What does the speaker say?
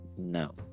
No